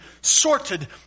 sorted